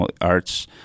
arts